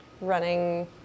running